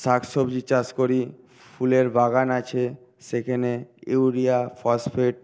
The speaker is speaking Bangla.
শাক সবজি চাষ করি ফুলের বাগান আছে সেখানে ইউরিয়া ফসফেট